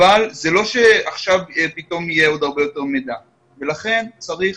אבל זה לא שעכשיו פתאום יהיה עוד הרבה יותר מידע ולכן צריך